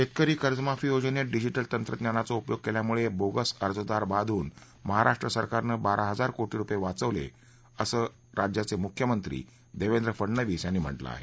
शेतकरी कर्ज माफी योजनेत डिजिटल तंत्रज्ञानाचा उपयोग केल्यामुळे बोगस अर्जदार बाद होऊन महाराष्ट्र सरकारनं बारा हजार कोटी रुपये वाचवले असल्यास राज्याचे मुख्यमंत्री देवेंद्र फडणवीस यांनी म्हटलं आहे